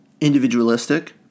individualistic